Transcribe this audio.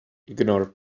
ignore